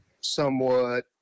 somewhat